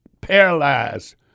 paralyzed